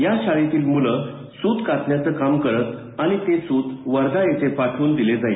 या शाळेतील मुले सुत कातण्याचं काम करत आणि ते सुत वर्धा येथे पाठवून दिले जाई